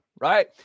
right